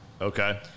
Okay